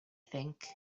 think